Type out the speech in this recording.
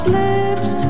lips